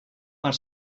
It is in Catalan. per